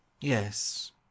Yes